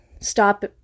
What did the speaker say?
stop